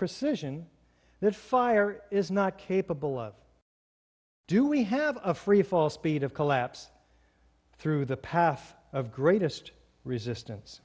precision that fire is not capable of do we have a freefall speed of collapse through the path of greatest resistance